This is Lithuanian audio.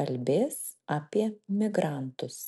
kalbės apie migrantus